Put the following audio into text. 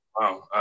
Wow